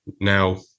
now